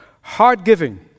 Heart-giving